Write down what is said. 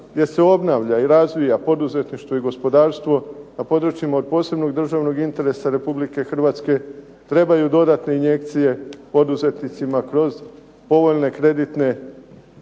gdje se obnavlja i razvija poduzetništvo i gospodarstvo, na područjima od posebnog državnog interesa Republike Hrvatske trebaju dodatne injekcije poduzetnicima kroz povoljne kreditne